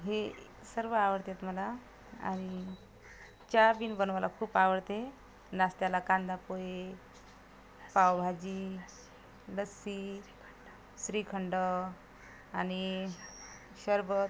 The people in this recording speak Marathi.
हे सर्व आवडतात मला आणि चहाबीन बनवाला खूप आवडते नाश्त्याला कांदापोहे पावभाजी लस्सी श्रीखंड आणि सरबत